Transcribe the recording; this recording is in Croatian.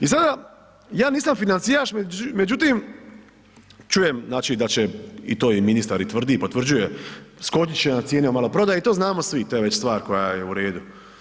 I sada, ja nisam financijaš međutim čujem da će to i ministar tvrdi i potvrđuje, skočit će nam cijene u maloprodaji i to znamo svi, to je već stvar koja je uredu.